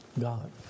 God